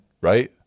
right